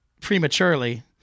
prematurely